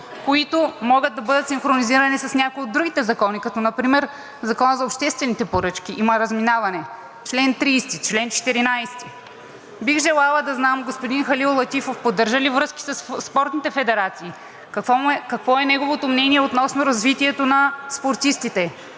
които могат да бъдат синхронизирани с някои от другите закони, като например Закона за обществените поръчки, има разминаване – чл. 30, чл. 14. Бих желала да знам господин Халил Летифов поддържа ли връзки със спортните федерации? Какво е неговото мнение относно развитието на спортистите?